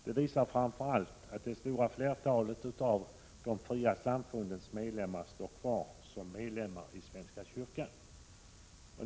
Det visar framför allt det faktum att det stora flertalet av de fria samfundens medlemmar står kvar som medlemmar i svenska kyrkan.